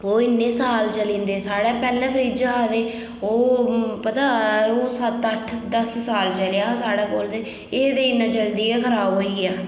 ओह् इन्ने साल चली जंदे साढ़ै पैह्लें फ्रिज हा ते ओह् पता ओह् सत्त अट्ठ दस साल चलेआ हा साढ़े कोल ते एह् ते इन्ना जल्दी गै खराब होई गेआ